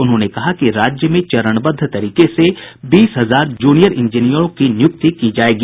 उन्होंने कहा कि राज्य में चरणबद्ध तरीके से बीस हजार जूनियर इंजीनियरों की नियुक्ति की जायेगी